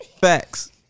Facts